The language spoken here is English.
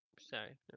Sorry